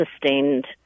sustained